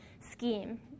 scheme